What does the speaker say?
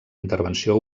intervenció